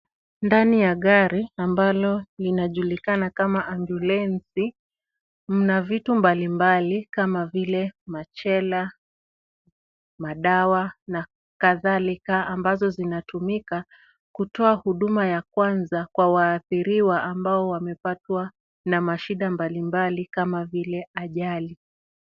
Ndani ya gari ambalo linajulikana kama ambulensi, mna vitu mbalimbali kama vile machela, madawa na kadhalika ambazo zinatumika kutoa huduma ya kwanza kwa waathiriwa ambao wamepatwa na mashida mbalimbali kama vile ajali.